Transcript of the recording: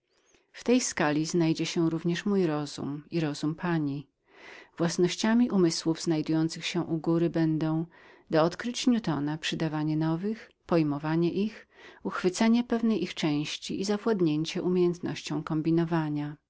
w tej skali znajdzie się mój rozum i pani własnościami umysłów znajdujących się u góry będą do odkryć don newtona przydawanie nowych pojmowanie ich uchwycenie pewnej części i zawładnięcie siłą kombinowania